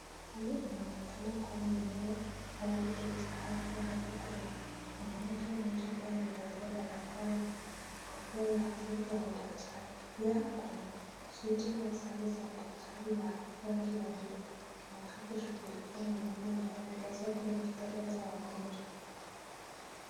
Hii inaonekana kuwa ni eneo au kitoa cha afya ambako kuna mwanamke mmoja aliyevalia barakoa na kofia yake ya udaktari pia ako na suti au sare za daktari ya buluu anakaa kushughulikia mwanaume ambaye amelazwa kwenye kitanda cha wagojwa.